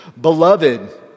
beloved